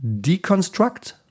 deconstruct